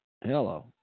Hello